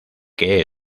que